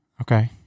Okay